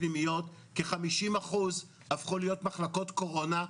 פנימיות כ-50% הפכו להיות מחלקות קורונה?